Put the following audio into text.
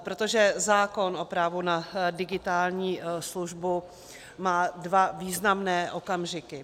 Protože zákon o právu na digitální službu má dva významné okamžiky.